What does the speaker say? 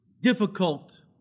difficult